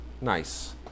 Nice